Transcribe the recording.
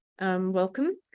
Welcome